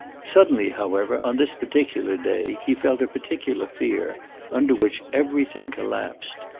suddenly, however, on this particular day, he felt a particular fear under which everything collapsed.